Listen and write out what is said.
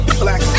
black